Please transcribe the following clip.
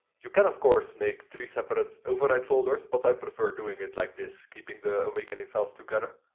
you can of course make three seperate override folders, but i prefer doing it like this, keeping the awakening files together.